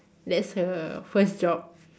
that's her first job